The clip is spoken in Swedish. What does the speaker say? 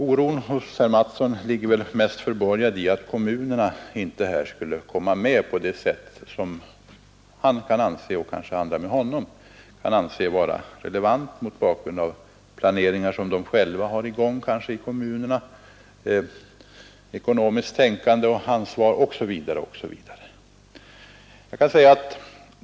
Herr Mattssons oro har väl mest sitt ursprung i en ängslan för att kommunerna inte skulle få komma med i detta sammanhang på det sätt som han och kanske andra med honom kan anse vara befogat mot bakgrunden av den planeringsverksamhet som bedrivs i kommunerna, ekonomiskt tänkande, ansvar osv.